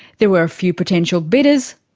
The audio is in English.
there were a few potential bidders,